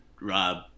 Rob